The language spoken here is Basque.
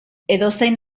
edozein